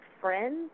Friends